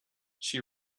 she